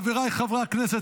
חבריי חברי הכנסת,